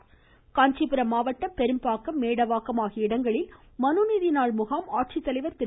இருவரி காஞ்சிபுரம் மாவட்டம் பெரும்பாக்கம் மேடவாக்கம் ஆகிய இடங்களில் மனுநீதி நாள் முகாம் ஆட்சித்தலைவர் திரு